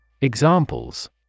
Examples